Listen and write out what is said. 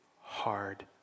hard